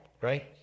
Right